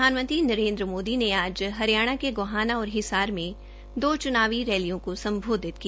प्रधानमंत्री नरेन्द्र मोदी ने आज हरियाणा के गोहाना और हिसार में दो च्नावी रैलियों को सम्बोधित किया